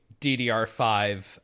DDR5